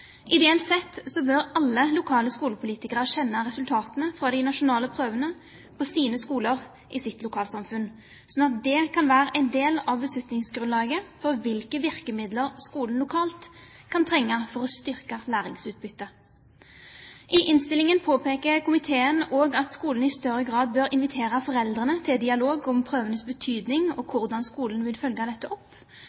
Ideelt sett bør alle lokale skolepolitikere kjenne resultatene fra de nasjonale prøvene på sine skoler i sitt lokalsamfunn, sånn at det kan være en del av beslutningsgrunnlaget for hvilke virkemidler skolen lokalt kan trenge for å styrke læringsutbyttet. I innstillingen påpeker komiteen også at skolene i større grad bør invitere foreldrene til dialog om prøvenes betydning og